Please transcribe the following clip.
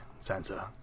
Sansa